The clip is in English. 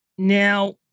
Now